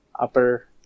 Upper